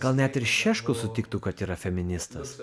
gal net ir šeškus sutiktų kad yra feministas